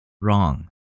wrong